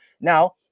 Now